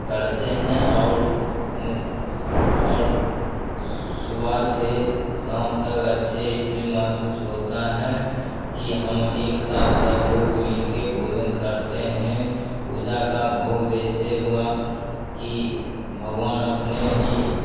करते हैं और और सुबह से शम तक अच्छे फिल महसूस होता है कि हम एक साथ सब लोग मिल कर भोजन करते हैं पूजा का भोज ऐसे हुआ कि भगवान अपने ही